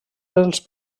dels